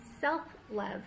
self-love